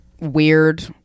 weird